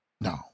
No